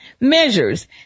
measures